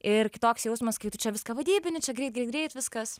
ir kitoks jausmas kaip tu čia viską vadybinį čia greit greit greit viskas